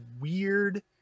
weird